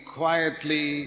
quietly